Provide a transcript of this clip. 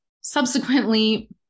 subsequently